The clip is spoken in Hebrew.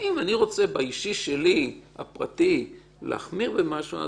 אני רוצה באישי שלי, הפרטי, להחמיר במשהו?